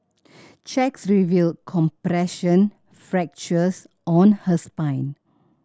checks revealed compression fractures on her spine